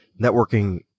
networking